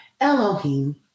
Elohim